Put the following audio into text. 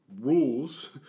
rules